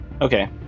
Okay